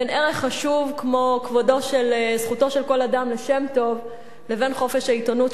בין ערך חשוב כמו זכותו של כל אדם לשם טוב לבין חופש העיתונות,